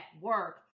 work